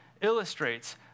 illustrates